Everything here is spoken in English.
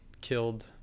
killed